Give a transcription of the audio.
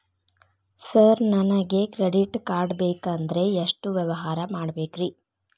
Sir ನನಗೆ credit card ಬೇಕಂದ್ರೆ ಎಷ್ಟು ವ್ಯವಹಾರ ಮಾಡಬೇಕ್ರಿ?